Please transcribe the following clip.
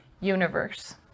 universe